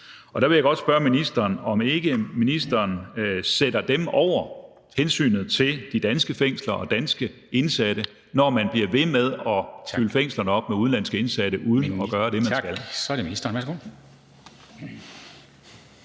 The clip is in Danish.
Der vil jeg godt spørge ministeren, om ikke ministeren sætter dem over hensynet til de danske fængsler og danske indsatte, når man bliver ved med at fylde fængslerne op med udenlandske indsatte uden at gøre det, man skal. Kl. 13:43 Formanden (Henrik